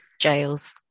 jails